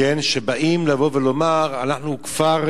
שבאים לבוא ולומר: אנחנו כפר,